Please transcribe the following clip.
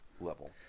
Level